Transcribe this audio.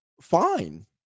fine